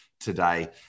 today